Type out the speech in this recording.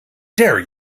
dare